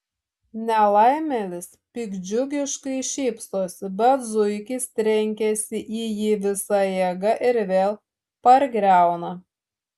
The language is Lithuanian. nelaimėlis piktdžiugiškai šypsosi bet zuikis trenkiasi į jį visa jėga ir vėl pargriauna